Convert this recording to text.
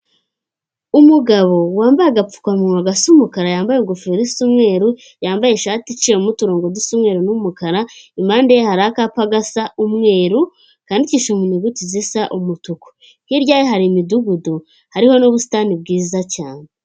Umugabo wambaye agapfukamunwa gasa umukara, yambaye ingofero isa umweru, yambaye ishati iciyemo uturongongo dusa umweru n'umukara, impande ye hari akapa gasa umweru kandidikisha mu nyuguti zisa, umutuku hirya ye hari imidugudu hariho n'ubusitani bwiza cyane.